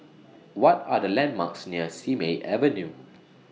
What Are The landmarks near Simei Avenue